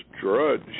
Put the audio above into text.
Drudge